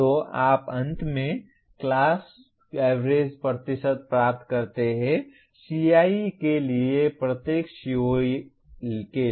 तो आप अंत में क्लास एवरेज प्रतिशत प्राप्त करते हैं CIE के लिए प्रत्येक CO के लिए